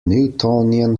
newtonian